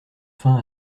fin